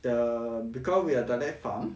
the because we are direct farm